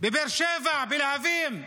בבאר שבע, בלהבים.